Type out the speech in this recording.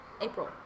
April